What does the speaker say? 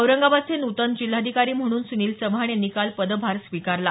औरंगाबादचे नूतन जिल्हाधिकारी म्हणून सुनील चव्हाण यांनी काल पदभार स्वीकारला